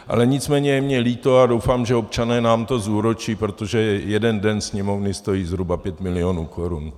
Ale nicméně je mně líto, a doufám, že občané nám to zúročí, protože jeden den sněmovny stojí zhruba 5 milionů korun.